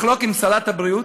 לחלוק עמם" עם שרת הבריאות,